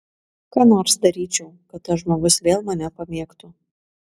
ką nors daryčiau kad tas žmogus vėl mane pamėgtų